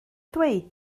dweud